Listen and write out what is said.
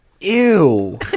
ew